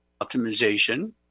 optimization